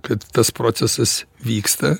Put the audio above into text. kad tas procesas vyksta